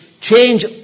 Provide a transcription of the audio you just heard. change